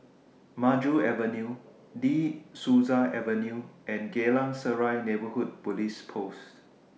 Maju Avenue De Souza Avenue and Geylang Serai Neighbourhood Police Post